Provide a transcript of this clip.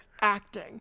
acting